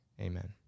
Amen